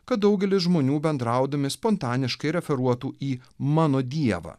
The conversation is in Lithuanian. kad daugelis žmonių bendraudami spontaniškai referuotų į mano dievą